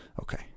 Okay